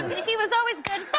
if it was always good,